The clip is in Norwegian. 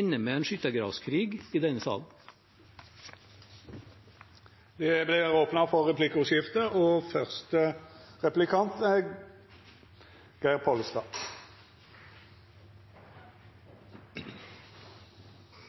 ender med en skyttergravskrig i denne sal. Det vert replikkordskifte. I Meld. St. 20 for